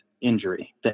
injury